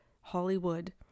Hollywood